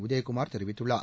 உதயகுமார் தெரிவித்துள்ளார்